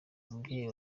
umubyeyi